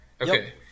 Okay